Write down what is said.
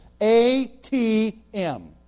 A-T-M